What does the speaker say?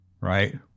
right